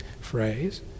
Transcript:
phrase